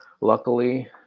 luckily